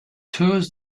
tours